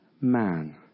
man